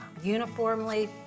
uniformly